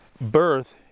birth